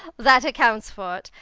that accounts for it.